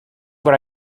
what